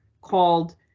called